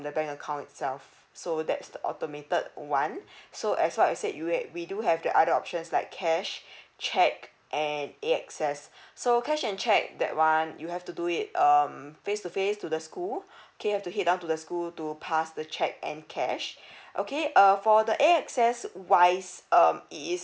the bank account itself so that's the automated one so as what I said you at we do have the other options like cash cheque and air access so cash and cheque that one you have to do it um face to face to the school okay have to head down to the school to pass the cheque and cash okay uh for the air access wise um it is